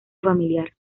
familiar